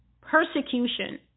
persecution